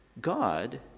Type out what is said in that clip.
God